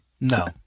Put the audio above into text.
no